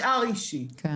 אני